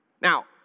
Now